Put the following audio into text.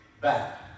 back